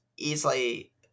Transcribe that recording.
Easily